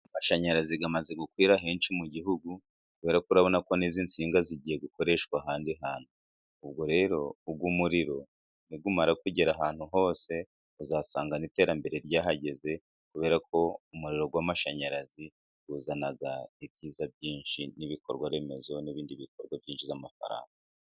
Amashanyarazi amaze gukwira henshi mu gihugu kuberako urabonako n'izi nsinga zigiye gukoreshwa ahandi hantu, ubwo rero uyu muriro numara kugera ahantu hose uzasanga iterambere ryahageze kuberako umuriro w'amashanyarazi uzana ibyiza byinshi, n'ibikorwa remezo n'ibindi bikorwa byinjiza amafaranga.